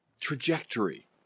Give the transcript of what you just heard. trajectory